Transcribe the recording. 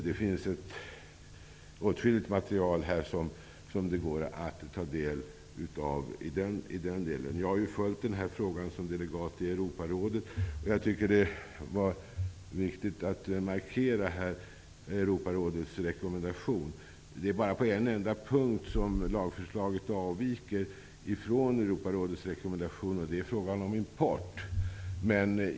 Det finns åtskilligt material som det går att ta del av i denna del. Jag har följt den här frågan som delegat i Europarådet. Jag tycker att det var riktigt att här markera Europarådets rekommendation. Det är bara på en enda punkt som lagförslaget avviker från Europarådets rekommendation. Det är i fråga om import.